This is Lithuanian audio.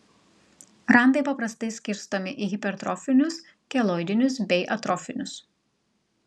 randai paprastai skirstomi į hipertrofinius keloidinius bei atrofinius